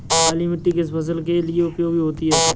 काली मिट्टी किस फसल के लिए उपयोगी होती है?